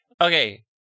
okay